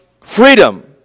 Freedom